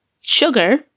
sugar